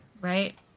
right